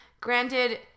Granted